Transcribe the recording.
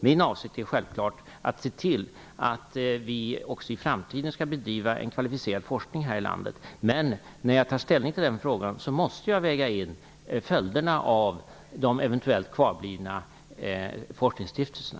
Min avsikt är självfallet att se till att vi också i framtiden skall bedriva en kvalificerad forskning här i landet. När jag tar ställning till den frågan måste jag också väga in följderna av de eventuellt kvarvarande forskningsstiftelserna.